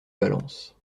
valence